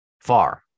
far